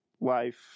life